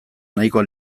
nahikoa